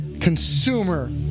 consumer